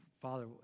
Father